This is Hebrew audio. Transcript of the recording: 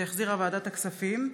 שהחזירה ועדת הכספים.